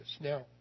Now